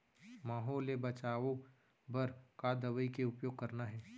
माहो ले बचाओ बर का दवई के उपयोग करना हे?